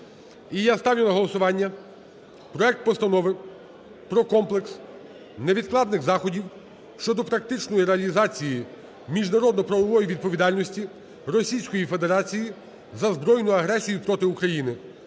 І я ставлю на голосування проект Постанови про комплекс невідкладних заходів щодо практичної реалізації міжнародно-правової відповідальності Російської Федерації за збройну агресію проти України